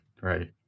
Right